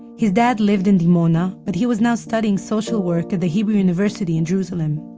his dad lived in dimona, but he was now studying social work at the hebrew university in jerusalem.